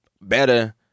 better